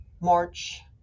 March